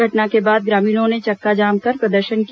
घटना के बाद ग्रामीणों ने चक्काजाम कर प्रदर्शन किया